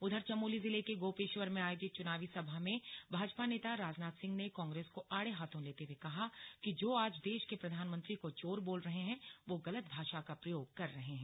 उधर चमोली जिले के गोपेश्वर में आयोजित चुनावी सभा में भाजपा नेता राजनाथ सिंह ने कांग्रेस को आड़े हाथों लेते हुए कहा कि जो आज देश के प्रधानमंत्री को चोर बोल रहे हैं वह गलत भाषा का प्रयोग कर रहे हैं